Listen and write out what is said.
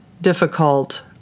difficult